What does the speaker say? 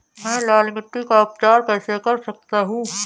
मैं लाल मिट्टी का उपचार कैसे कर सकता हूँ?